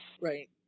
Right